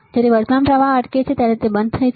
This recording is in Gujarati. જ્યારે વર્તમાન પ્રવાહ અટકે છે ત્યારે તે બંધ થાય છે